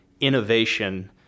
innovation